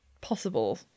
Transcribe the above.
possible